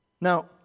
now